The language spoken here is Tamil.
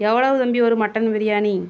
எவ்வளவு தம்பி ஒரு மட்டன் பிரியாணி